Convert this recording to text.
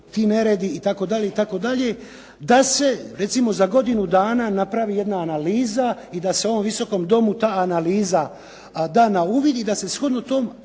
ti neredi itd., itd. da se recimo za godinu dana napravi jedna analiza i da se ovom Visokom domu ta analiza da na uvid i da se shodno toj